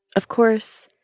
of course,